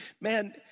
man